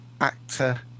actor